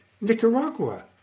Nicaragua